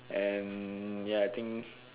and ya I think